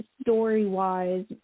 story-wise